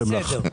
זה לא בסדר,